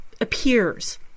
appears